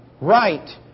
right